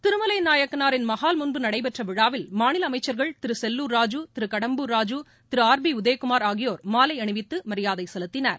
திருமலைநாயக்கரின் மகால் முன்பு நடைபெற்ற விழாவில் மாநில அமைச்சர்கள் திரு செல்லூர் ராஜூ திரு கடம்பூர் ராஜூ திரு ஆர் பி உதயகுமார் ஆகியோர் மாலை அணிவித்து மரியாதை செலுத்தினர்